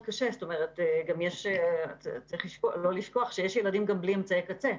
צריך לזכור שיש ילדים בלי אמצעי קצה.